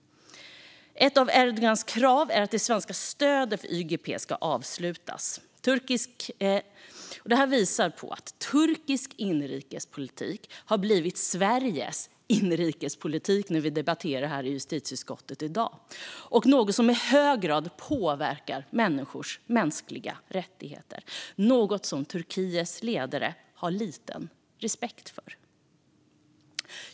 Ett av Erdogans krav är att det svenska stödet för YPG ska avslutas. Detta visar att turkisk inrikespolitik har blivit Sveriges inrikespolitik när vi i justitieutskottet debatterar här i dag. Det påverkar i hög grad människors mänskliga rättigheter - något som Turkiets ledare har liten respekt för.